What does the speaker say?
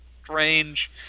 strange